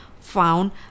found